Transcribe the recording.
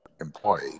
employee